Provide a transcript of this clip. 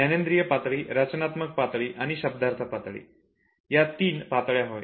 ज्ञानेन्द्रिय पातळी रचनात्मक पातळी आणि शब्दार्थ पातळी या तीन पातळ्या होय